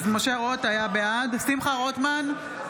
(קוראת בשמות חברי הכנסת) שמחה רוטמן,